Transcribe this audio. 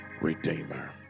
redeemer